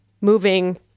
moving